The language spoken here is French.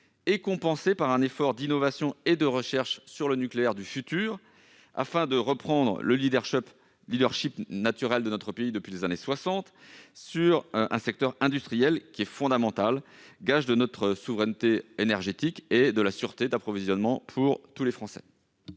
et compensée par un effort d'innovation et de recherche sur le nucléaire du futur. Il s'agit de reprendre le leadership que notre pays exerce depuis les années 1960 sur un secteur industriel fondamental, qui est gage de notre souveraineté énergétique et de la sûreté d'approvisionnement pour tous les Français.